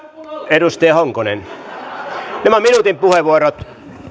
edustaja honkonen nämä ovat minuutin puheenvuorot